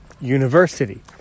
university